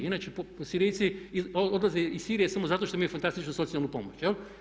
Inače, Sirijci odlaze iz Sirije samo zato što imaju fantastičnu socijalnu pomoć jel'